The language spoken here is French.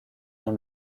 dans